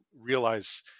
realize